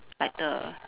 like the